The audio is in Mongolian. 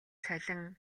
цалин